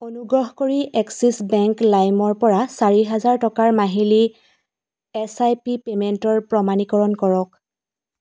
অনুগ্ৰহ কৰি Axis bank লাইমৰ পৰা চাৰি হাজাৰ টকাৰ মাহিলী এছ আই পি পে'মেণ্টৰ প্ৰমাণীকৰণ কৰক